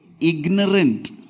ignorant